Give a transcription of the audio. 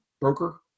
broker